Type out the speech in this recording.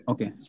Okay